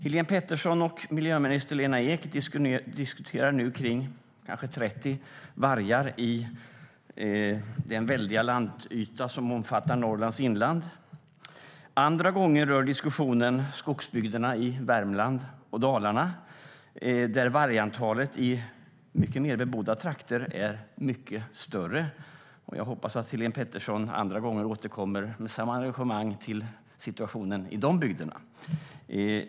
Helén Pettersson och miljöminister Lena Ek diskuterar nu kanske 30 vargar på den väldiga landyta som omfattar Norrlands inland. Andra gånger rör diskussionen skogsbygderna i Värmland och Dalarna, där vargantalet - i mycket mer bebodda trakter - är mycket större. Jag hoppas att Helén Pettersson andra gånger återkommer med samma engagemang till situationen i de bygderna.